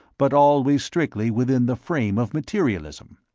but always strictly within the frame of materialism.